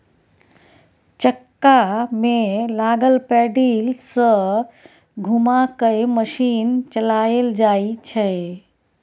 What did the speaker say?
चक्का में लागल पैडिल सँ घुमा कय मशीन चलाएल जाइ छै